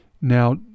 Now